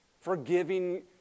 forgiving